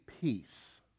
peace